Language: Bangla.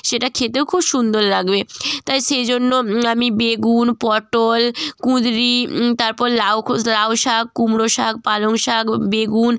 সেটা খেতেও খুব সুন্দর লাগবে তাই সেই জন্য আমি বেগুন পটল কুঁদরি তারপর লাউ খোস লাউ শাক কুমড়ো শাক পালং শাক ও বেগুন